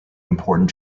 important